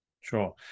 sure